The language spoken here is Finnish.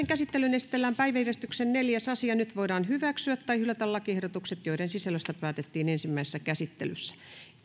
käsittelyyn esitellään päiväjärjestyksen neljäs asia nyt voidaan hyväksyä tai hylätä lakiehdotukset joiden sisällöstä päätettiin ensimmäisessä käsittelyssä